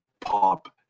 pop